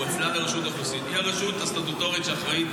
היא הרשות הסטטוטורית שאחראית.